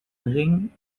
ring